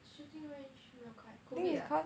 shooting range 没有开 COVID ah lah